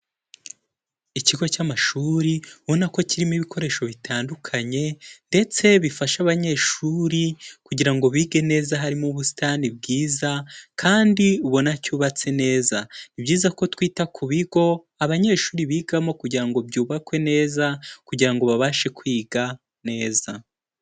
Ikigo cy'amashuri ubona ko kirimo ibikoresho bitandukanye ndetse bifasha abanyeshuri kugira ngo bige neza harimo ubusitani bwiza kandi ubona cyubatse neza, ni byiza ko twita ku bigo abanyeshuri bigamo kugira ngo byubakwe neza kugira ngo babashe kwiga neza.